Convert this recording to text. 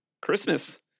Christmas